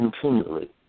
continually